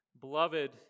Beloved